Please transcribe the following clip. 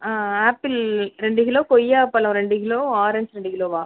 ஆ apple ரெண்டு kilo கொய்யாப்பழம் ரெண்டு கிலோ ஆரஞ்ச் ரெண்டு கிலோவா